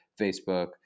Facebook